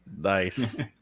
Nice